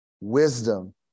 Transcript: wisdom